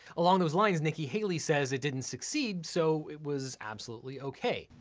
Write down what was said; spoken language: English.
along those lines, nikki haley says it didn't succeed, so it was absolutely okay.